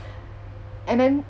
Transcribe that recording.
and then